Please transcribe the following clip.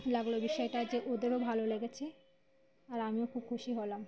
লাগল বিষয়টা যে ওদেরও ভালো লেগেছে আর আমিও খুব খুশি হলাম